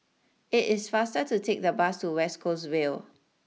it is faster to take the bus to West Coast Vale